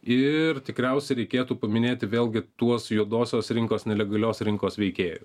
ir tikriausiai reikėtų paminėti vėlgi tuos juodosios rinkos nelegalios rinkos veikėjus